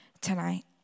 tonight